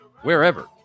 wherever